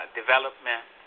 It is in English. development